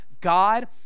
God